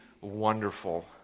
wonderful